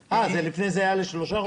לפני זה, זה היה לשלושה חודשים?